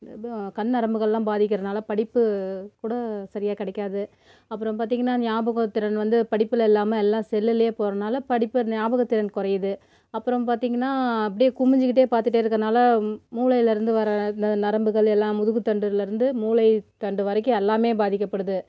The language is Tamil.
ஏதோ கண் நரம்புகளெலாம் பாதிக்கிறனால் படிப்பு கூட சரியா கிடைக்காது அப்புறம் பார்த்தீங்கன்னா ஞாபகத்திறன் வந்து படிப்பில் இல்லாமல் எல்லாம் செல்லுலே போகிறனால படிப்பு ஞாபகத்திறன் குறையுது அப்புறம் பார்த்தீங்கன்னா அப்படியே குனுஞ்சிக்கிட்டே பார்த்துட்டே இருக்கிறனால மூளையில் இருந்து வர்ற இந்த நரம்புகள் எல்லாம் முதுகுத் தண்டுலேருந்து மூளை தண்டு வரைக்கும் எல்லாமே பாதிக்கப்படுது